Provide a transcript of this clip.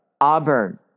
Auburn